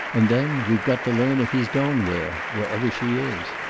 and then, we've got to learn if he's going there wherever she is.